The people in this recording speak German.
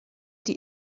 die